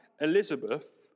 Elizabeth